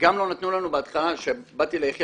גם לא נתנו לנו בהתחלה כשבאתי ליחיאל,